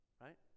Right